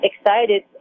excited